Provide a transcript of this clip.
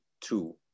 two